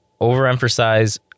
overemphasize